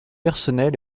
personnels